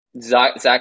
Zach